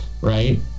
right